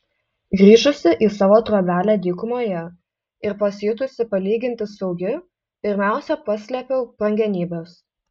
grįžusi į savo trobelę dykumoje ir pasijutusi palyginti saugi pirmiausia paslėpiau brangenybes